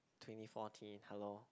twenty fourteen hello